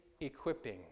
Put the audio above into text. equipping